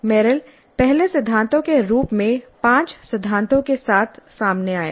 Merrill पहले सिद्धांतों के रूप में पांच सिद्धांतों के साथ सामने आया